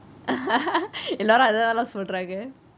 எல்லாரும் அதேதான்:ellarum athethaan lah சொல்றாங்க:solraange